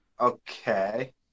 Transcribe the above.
Okay